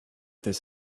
this